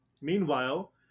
Meanwhile